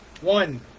One